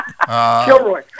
Kilroy